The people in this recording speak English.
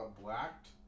Blacked